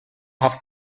have